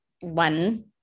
one